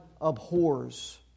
abhors